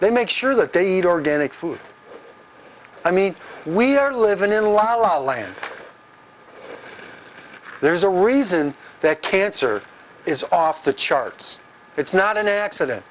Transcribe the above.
they make sure that they eat organic food i mean we are living in la la land there's a reason that cancer is off the charts it's not an accident